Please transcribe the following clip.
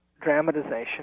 dramatization